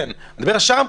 אני מדבר על השאר,